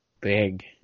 big